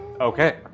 Okay